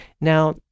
Now